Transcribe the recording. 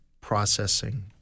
processing